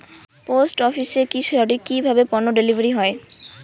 Post অফিসে কি সঠিক কিভাবে পন্য ডেলিভারি হয়?